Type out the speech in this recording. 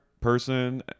person